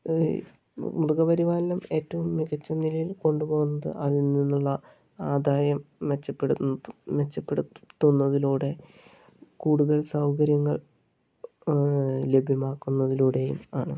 മൃഗപരിപാലനം ഏറ്റവും മികച്ച നിലയിൽ കൊണ്ടുപോകുന്നത് അതിൽ നിന്നുള്ള ആദായം മെച്ചപ്പെടുത്തുന്ന മെച്ചപ്പെടുത്തുന്നതിലൂടെ കൂടുതൽ സൗകര്യങ്ങൾ ലഭ്യമാക്കുന്നതിലൂടെയും ആണ്